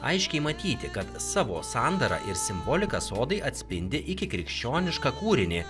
aiškiai matyti kad savo sandara ir simbolika sodai atspindi ikikrikščionišką kūrinį